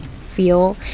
feel